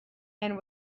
and